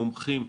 מומחים,